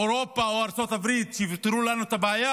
אירופה או ארצות הברית שיפתרו לנו את הבעיה,